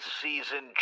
season